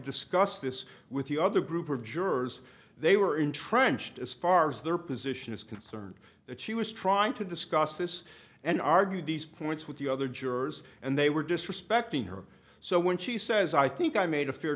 discuss this with the other group of jurors they were entrenched as far as their position is concerned that she was trying to discuss this and argue these points with the other jurors and they were disrespecting her so when she says i think i made a fair